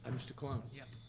and mr. colon? yep.